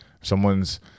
Someone's